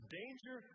danger